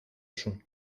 σου